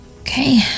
Okay